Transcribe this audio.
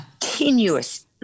Continuous